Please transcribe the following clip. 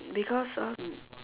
because of